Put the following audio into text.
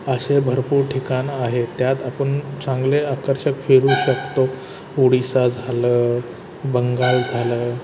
असे भरपूर ठिकाणं आहेत त्यात आपण चांगले आकर्षक फिरू शकतो उडीसा झालं बंगाल झालं